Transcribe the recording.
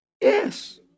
Yes